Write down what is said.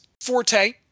forte